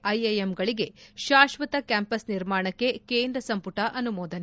ಐಐಎಂಗಳಿಗೆ ಶಾಶ್ಲತ ಕ್ಯಾಂಪಸ್ ನಿರ್ಮಾಣಕ್ಕೆ ಕೇಂದ್ರ ಸಂಪುಟ ಅನುಮೋದನೆ